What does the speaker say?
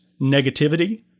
negativity